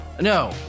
No